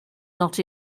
not